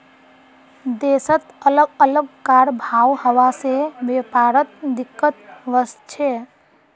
देशत अलग अलग कर भाव हवा से व्यापारत दिक्कत वस्छे